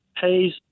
pays